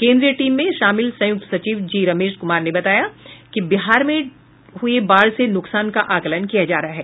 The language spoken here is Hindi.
केंद्रीय टीम में शामिल संयुक्त सचिव जी रमेश कुमार ने बताया कि बिहार में हुये बाढ़ से नुकसान का आकलन किया जा रहा है